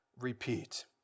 repeat